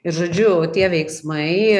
ir žodžiu tie veiksmai